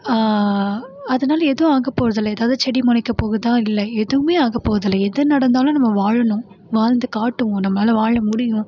அதனால எதுவும் ஆகப் போகிறதுல்ல எதாவது செடி முளைக்க போகுதா இல்லை எதுவுமே ஆகப் போகிறதில்லையே எது நடந்தாலும் நம்ம வாழணும் வாழ்ந்துக் காட்டுவோம் நம்மளால வாழ முடியும்